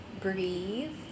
breathe